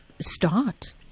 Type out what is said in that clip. start